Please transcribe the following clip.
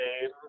name